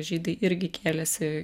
žydai irgi kėlėsi